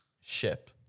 Ship